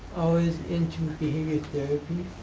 i was into behavior therapy,